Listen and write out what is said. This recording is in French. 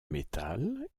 metal